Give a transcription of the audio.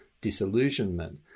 disillusionment